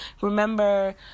Remember